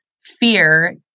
fear